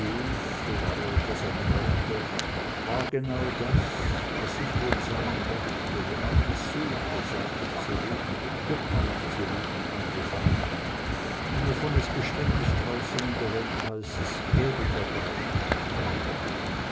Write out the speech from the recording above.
so etwa waren seine worte war genau das was ich wohl sein möchte wonach ich suche seit ich zu leben wirklich zu leben angefangen und wovon es beständig draußen in der welt heißt es gäbe dergleichen nicht mehr